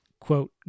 quote